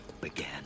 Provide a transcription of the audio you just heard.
began